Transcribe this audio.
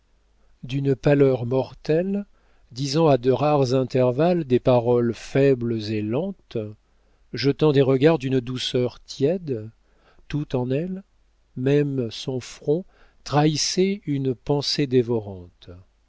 d'une pâleur mortelle disant à de rares intervalles des paroles faibles et lentes jetant des regards d'une douceur tiède tout en elle même son front trahissait une pensée dévorante